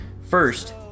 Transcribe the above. First